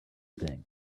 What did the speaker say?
things